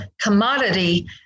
commodity